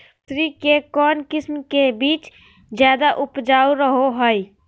मसूरी के कौन किस्म के बीच ज्यादा उपजाऊ रहो हय?